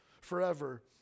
forever